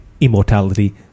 immortality